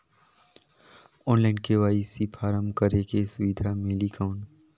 Online KYC form करेके सुविधा मिली कौन?